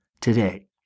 today